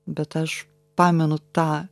bet aš pamenu tą